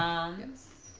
long is